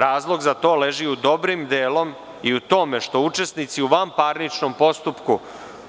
Razlog za to leži dobrim delom i u tome što učesnici u vanparničnom postupku